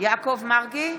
יעקב מרגי,